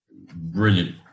brilliant